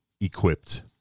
equipped